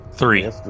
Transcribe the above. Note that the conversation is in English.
Three